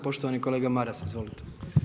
Poštovani kolega Maras, izvolite.